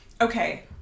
Okay